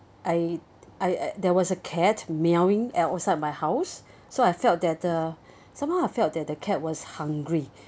I I there was a cat meowing at outside my house so I felt that the somehow I felt that the cat was hungry